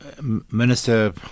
Minister